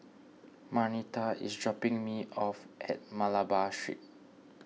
Marnita is dropping me off at Malabar Street